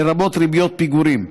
לרבות ריביות פיגורים.